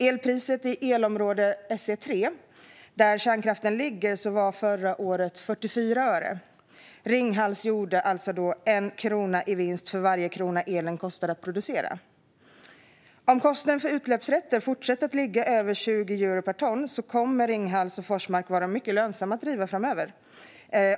Elpriset i elområde SE3, där kärnkraften ligger, var förra året 44 öre. Ringhals gjorde alltså en krona i vinst för varje krona elen kostade att producera. Om kostnaden för utsläppsrätter fortsätter att ligga över 20 euro per ton kommer Ringhals och Forsmark att vara mycket lönsamma att driva framöver.